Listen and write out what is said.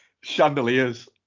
chandeliers